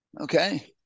Okay